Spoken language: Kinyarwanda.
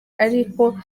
ariko